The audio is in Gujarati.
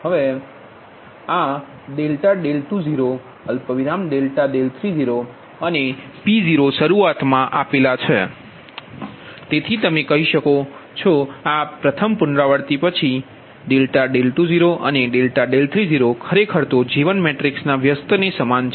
આ ∆20 ∆30અને p0 શરૂઆતમાં છે તેથી તમે કહી શકો છો આ પ્રથમ પુનરાવૃત્તિ પછી∆20∆30 ખરેખર તો J1 મેટ્રિક્સ ના વ્યસ્ત ને સમાન છે